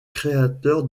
créateurs